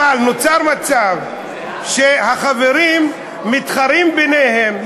אבל נוצר מצב שהחברים מתחרים ביניהם,